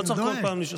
לא צריך כל פעם לשאול.